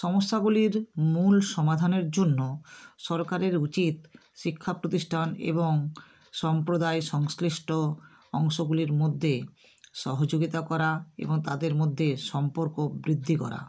সমস্যাগুলির মূল সমাধানের জন্য সরকারের উচিত শিক্ষা প্রতিষ্ঠান এবং সম্প্রদায় সংশ্লিষ্ট অংশগুলির মধ্যে সহযোগিতা করা এবং তাদের মধ্যে সম্পর্ক বৃদ্ধি করা